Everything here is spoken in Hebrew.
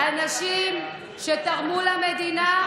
אנשים שתרמו למדינה,